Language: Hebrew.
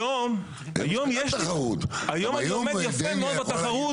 היום אני עומד יפה מאוד בתחרות.